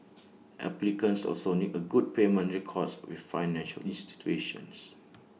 applicants also need A good payment records with financial institutions